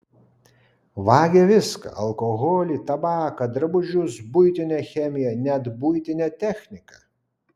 vagia viską alkoholį tabaką drabužius buitinę chemiją net buitinę techniką